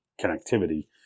connectivity